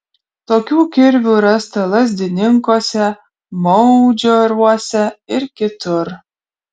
tokių kirvių rasta lazdininkuose maudžioruose ir kitur